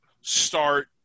start